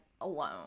alone